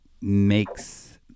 makes